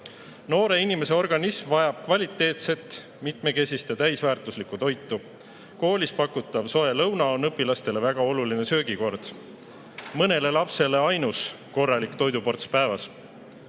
Noore inimese organism vajab kvaliteetset, mitmekesist ja täisväärtuslikku toitu. Koolis pakutav soe lõuna on õpilastele väga oluline söögikord, mõnele lapsele ainus korralik toiduports päevas.